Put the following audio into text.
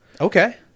Okay